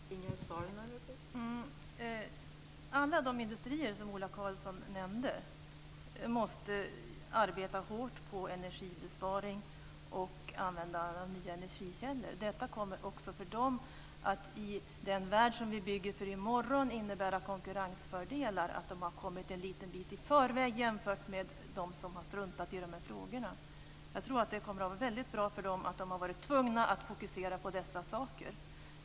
Fru talman! Alla de industrier som Ola Karlsson nämnde måste arbeta hårt med energibesparingar och använda nya energikällor. Detta kommer också för dem, i den värld som vi bygger för i morgon, att innebära konkurrensfördelar. De har kommit en liten bit i förväg jämfört med dem som har struntat i frågorna. Det kommer att vara bra för dem att de har varit tvungna att fokusera på dessa saker.